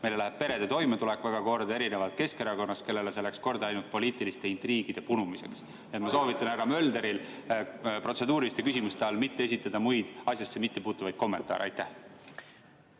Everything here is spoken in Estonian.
meile läheb perede toimetulek väga korda, erinevalt Keskerakonnast, kellele see läks korda ainult poliitiliste intriigide punumiseks. (Hääl saalist.) Ma soovitan härra Mölderil protseduuriliste küsimuste ajal mitte esitada muid, asjasse mittepuutuvaid kommentaare.